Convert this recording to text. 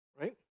right